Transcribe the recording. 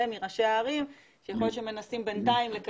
מראשי הערים עולה שיכול להיות שבינתיים בז"ן מנסים לקדם.